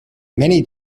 many